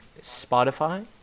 Spotify